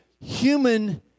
human